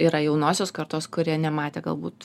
yra jaunosios kartos kurie nematė galbūt